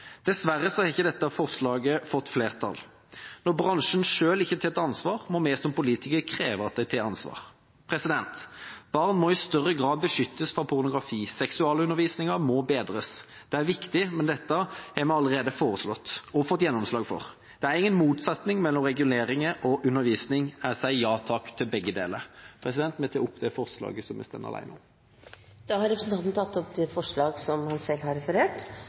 Dessverre har ikke dette forslaget fått flertall. Når bransjen selv ikke tar ansvar, må vi som politikere kreve at de tar ansvar. Barn må i større grad beskyttes mot pornografi. Seksualundervisningen må bedres. Det er viktig, men dette har vi allerede foreslått og fått gjennomslag for. Det er ingen motsetning mellom reguleringer og undervisning. Jeg sier ja takk til begge deler. Jeg tar opp det forslaget som Kristelig Folkeparti står alene om. Da har representanten Kjell Ingolf Ropstad tatt opp det forslaget han